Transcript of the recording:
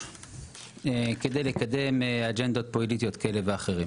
כדי לקדם אג'נדות פוליטיות כאלה ואחרים.